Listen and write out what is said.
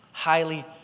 Highly